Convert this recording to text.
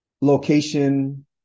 location